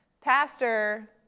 Pastor